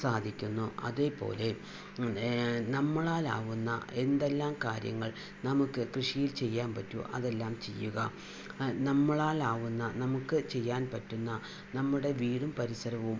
സാധിക്കുന്നു അതേപോലെ നമ്മളാലാവുന്ന എന്തെല്ലാം കാര്യങ്ങൾ നമുക്ക് കൃഷിയിൽ ചെയ്യാൻ പറ്റു അതെല്ലാം ചെയ്യുക നമ്മളാലാവുന്ന നമുക്ക് ചെയ്യാൻ പറ്റുന്ന നമ്മുടെ വീടും പരിസരവും